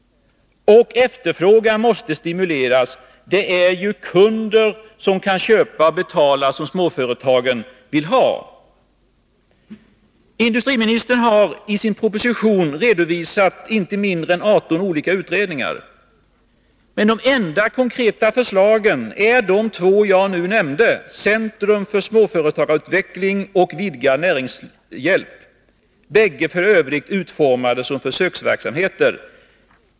Efterfrågan måste stimuleras. Det är ju kunder som kan köpa och betala som småföretagen vill ha. Industriministern har i sin proposition redovisat inte mindre än 18 olika utredningar. Men de enda konkreta förslagen är de två som jag nu nämnde, nämligen ett centrum för småföretagsutveckling samt utvidgad näringshjälp, båda f.ö. utformade såsom försöksverksamheter.